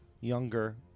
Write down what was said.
younger